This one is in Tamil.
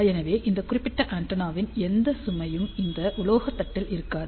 எனவே இந்த குறிப்பிட்ட ஆண்டெனாவில் எந்த சுமையும் இந்த உலோகத் தகட்டில் இருக்காது